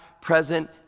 present